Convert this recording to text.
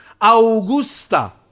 Augusta